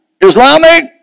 Islamic